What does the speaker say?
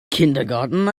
kindergarten